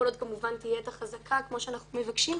כל עוד תהיה החזקה כמו שאנחנו מבקשים,